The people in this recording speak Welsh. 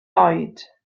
oed